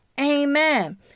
amen